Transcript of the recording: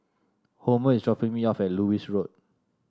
Homer is dropping me off at Lewis Road